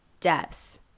depth